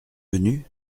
venus